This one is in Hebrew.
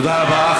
תודה רבה.